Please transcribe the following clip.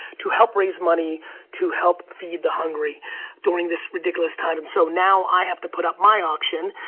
to help raise money to help feed the hungry during this ridiculous time, and so now, i have to put up my auction.